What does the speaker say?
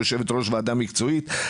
היא יושבת-ראש ועדה מקצועית.